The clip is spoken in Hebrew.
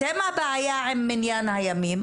אתם הבעיה עם מניין הימים.